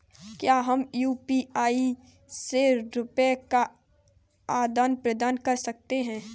क्या हम यू.पी.आई से रुपये का आदान प्रदान कर सकते हैं?